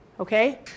Okay